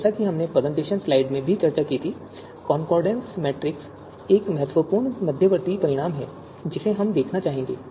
जैसा कि हमने प्रेजेंटेशन स्लाइड्स में भी चर्चा की थी कॉनकॉर्डेंस मैट्रिक्स एक महत्वपूर्ण मध्यवर्ती परिणाम है जिसे हम देखना चाहेंगे